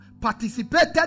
participated